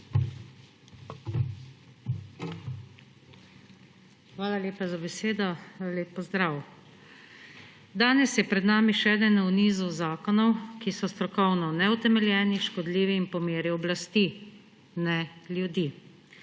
Hvala lepa za besedo. Lep pozdrav! Danes je pred nami še eden v nizu zakonov, ki so strokovno neutemeljeni, škodljivi in po meri oblasti, ne ljudi.